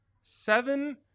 seven